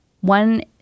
one